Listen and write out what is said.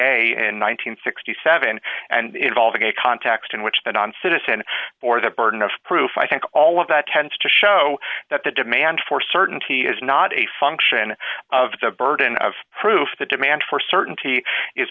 and sixty seven and involving a context in which the non citizen or the burden of proof i think all of that tends to show that the demand for certainty is not a function of the burden of proof the demand for certainty is